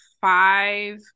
five